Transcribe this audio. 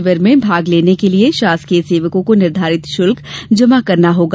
शिविर में भाग लेने के लिये शासकीय सेवकों को निर्धारित शुल्क जमा करना होगा